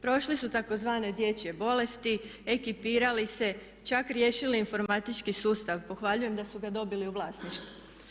Prošli su tzv. dječje bolesti, ekipirali se, čak riješili informatički sustav, pohvaljujem da su ga dobili u vlasništvo.